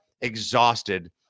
exhausted